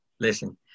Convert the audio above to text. Listen